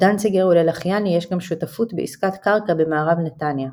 לדנציגר וללחיאני יש גם שותפות בעסקת קרקע במערב נתניה.